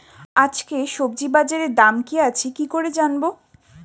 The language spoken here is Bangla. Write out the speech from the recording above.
আজকে সবজি বাজারে দাম কি আছে কি করে জানবো?